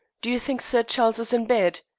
do you think sir charles is in bed?